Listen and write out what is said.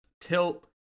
tilt